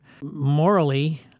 morally